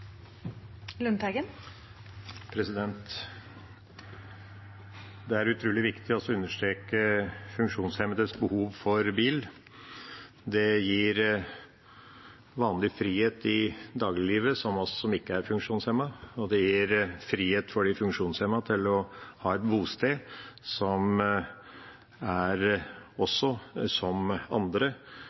å understreke funksjonshemmedes behov for bil. Det gir vanlig frihet i dagliglivet, slik det er for oss som ikke er funksjonshemmet, og det gir de funksjonshemmede frihet til å ha et bosted som også er som